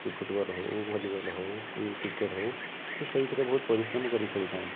କି ଫୁଟ୍ବଲ୍ ହେଉ କି ଭଲିବଲ୍ ହେଉ କି କ୍ରିକେଟ୍ ହେଉ ସେ ସେଇଥିରେ ବହୁତ ପରିଶ୍ରମ କରି ଖେଳିଥାନ୍ତି